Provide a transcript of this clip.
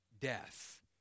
death